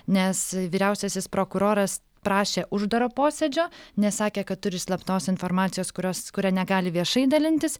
nes vyriausiasis prokuroras prašė uždaro posėdžio nes sakė kad turi slaptos informacijos kurios kuria negali viešai dalintis